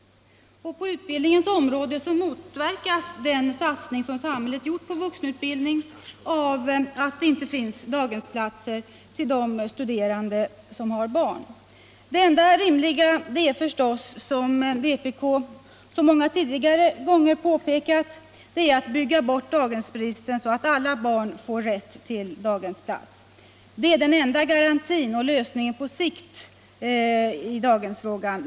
På utbildningens område motverkas samhällets satsning på vuxenutbildning av att det inte 61 för vuxenstuderande finns daghemsplatser till de studerande som har barn: Det enda rimliga är förstås, som vpk så många gånger tidigare påpekat, att bygga bort daghemsbristen så att alla barn får rätt till daghemsplats. Det är den enda garantin och lösningen på sikt i daghemsfrågan.